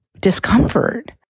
discomfort